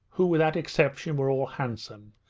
who without exception were all handsome,